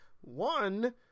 One